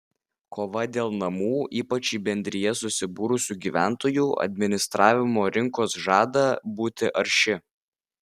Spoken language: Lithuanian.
kova dėl namų ypač į bendrijas susibūrusių gyventojų administravimo rinkos žada būti arši